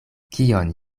kion